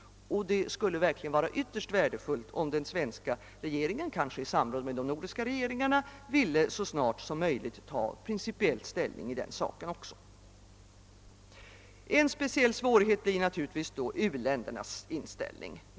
Det skulle vara ytterst värdefullt om den svenska regeringen, kanske i samråd med de nordiska regeringarna, så snart som möjligt ville ta ställning principiellt också i denna sak. En speciell svårighet blir naturligtvis u-ländernas inställning.